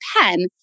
pen